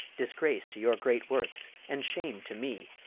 disgrace to your great worths, and shame to me,